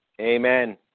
Amen